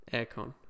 Aircon